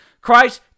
Christ